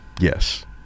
Yes